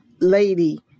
lady